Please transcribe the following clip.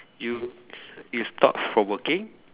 you it's thought provoking